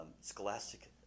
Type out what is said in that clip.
scholastic